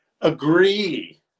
agree